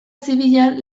zibilean